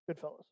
Goodfellas